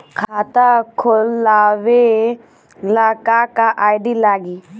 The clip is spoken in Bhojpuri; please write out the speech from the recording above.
खाता खोलाबे ला का का आइडी लागी?